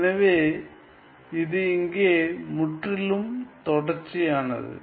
எனவே இது இங்கே முற்றிலும் தொடர்ச்சியானது